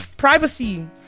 privacy